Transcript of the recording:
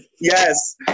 yes